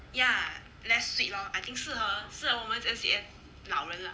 ya less sweet lor I think 适合适合我们这些老人 lah